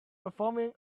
performing